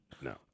No